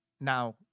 Now